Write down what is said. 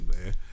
man